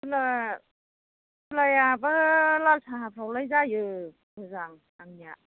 खुलायाबो लाल साहाफ्रावलाय जायो मोजां आंनिया